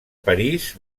parís